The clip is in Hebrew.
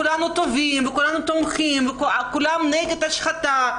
כולנו טובים ותומכים וכולנו נגד השחתה,